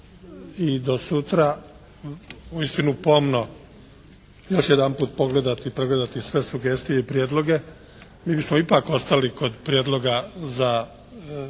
i do sutra uistinu pomno još jedanput pogledati, pregledati sve sugestije i prijedloge. Mi bismo ipak ostali kod prijedloga za